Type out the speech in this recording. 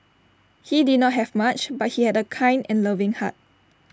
he did not have much but he had A kind and loving heart